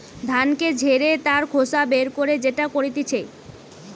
ধানকে ঝেড়ে তার খোসা বের করে যেটা করতিছে